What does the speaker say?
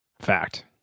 Fact